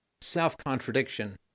self-contradiction